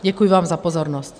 Děkuji vám za pozornost.